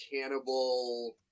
cannibal